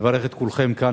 לברך את כולכם כאן,